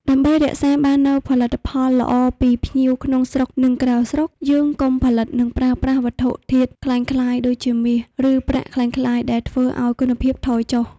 ដើម្បីរក្សាបាននូវផលិតផលល្អពីភ្ញៀវក្នុងស្រុកនិងក្រៅស្រុកយើងកុំផលិតនិងប្រើប្រាស់វត្ថុធាតុក្លែងក្លាយដូចជា មាស ឬប្រាក់ក្លែងក្លាយដែលធ្វើឲ្យគុណភាពថយចុះ។